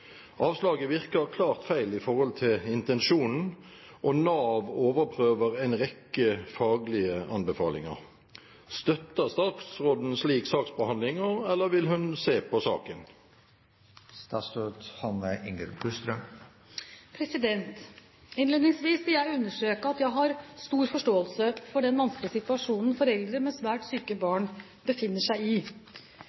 Avslaget virker klart feil i forhold til intensjonen, og Nav overprøver en rekke faglige anbefalinger. Støtter statsråden slik saksbehandling, eller vil hun se på saken?» Innledningsvis vil jeg understreke at jeg har stor forståelse for den vanskelige situasjonen foreldre med svært syke